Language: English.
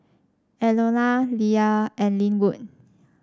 Enola Leah and Lynwood